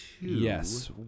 Yes